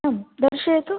आं दर्शयतु